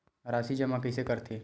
राशि जमा कइसे करथे?